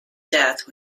death